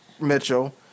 Mitchell